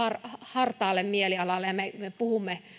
hartaalle mielialalle ja me puhumme